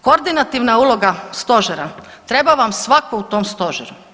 Koordinativna uloga Stožera, treba vam svatko u tom Stožeru.